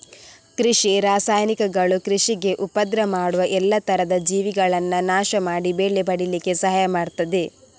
ಕೃಷಿ ರಾಸಾಯನಿಕಗಳು ಕೃಷಿಗೆ ಉಪದ್ರ ಮಾಡುವ ಎಲ್ಲಾ ತರದ ಜೀವಿಗಳನ್ನ ನಾಶ ಮಾಡಿ ಬೆಳೆ ಪಡೀಲಿಕ್ಕೆ ಸಹಾಯ ಮಾಡ್ತದೆ